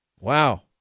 Wow